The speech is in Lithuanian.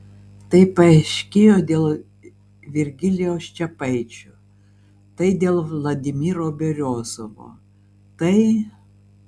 tai paaiškėjo dėl virgilijaus čepaičio tai dėl vladimiro beriozovo tai